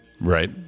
right